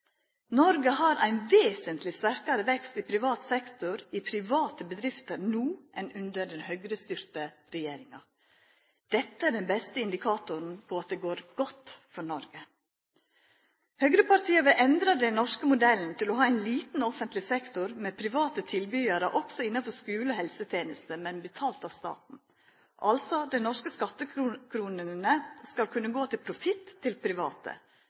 Noreg har ein vesentleg sterkare vekst i privat sektor, i private bedrifter, no enn under den Høgre-styrte regjeringa. Dette er den beste indikatoren på at det går godt for Noreg. Høgrepartia vil endre den norske modellen til å ha ein liten offentleg sektor med private tilbydarar også innanfor skule og helsetenester – men betalt av staten. Dei norske skattekronene skal altså kunne gå til profitt til private.